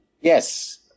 yes